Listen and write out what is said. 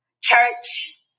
church